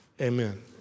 Amen